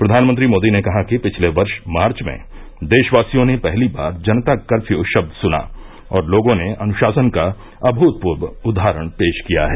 प्रधानमंत्री मोदी ने कहा कि पिछले वर्ष मार्च में देशवासियों ने पहली बार जनता कर्फ्यू शब्द सुना और लोगों ने अनुशासन का अभूतपूर्व उदाहरण पेश किया है